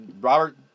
Robert